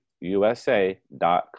USA.com